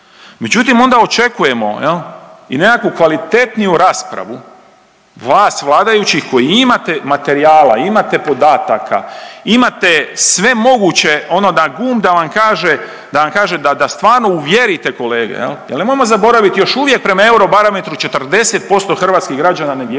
Međutim, onda očekujemo jel i nekakvu kvalitetniju raspravu vas vladajućih koji imate materijala, imate podataka, imate sve moguće ono na gumb da vam kaže, da vam kaže da stvarno uvjerite kolege jel, nemojmo zaboraviti još uvijek prema Eurobarometru 40% hrvatskih građana ne